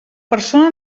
persona